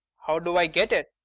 how do i get it?